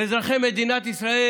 ואזרחי מדינת ישראל